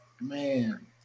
Man